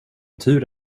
tur